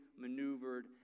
maneuvered